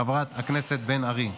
חברת הכנסת בן ארי.